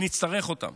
ונצטרך אותם.